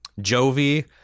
Jovi